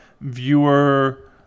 viewer